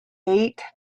eight